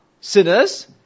sinners